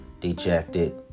dejected